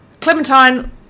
clementine